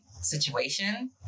situation